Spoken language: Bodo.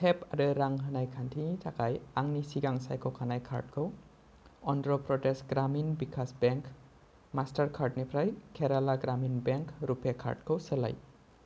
टिप आरो रां होनाय खान्थिनि थाखाय आंनि सिगां सायख'खानाय कार्डखौ अन्ध्र प्रदेश ग्रामिन विकास बेंक मास्टारकार्डनिफ्राय केराला ग्रामिन बेंक रुपे कार्डखौ सोलाय